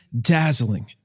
dazzling